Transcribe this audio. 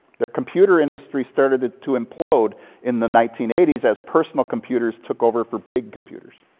their computer industry started to implode in the nineteen eighty s as personal computers took over for big computers.